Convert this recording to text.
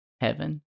heaven